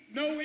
no